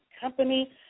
Company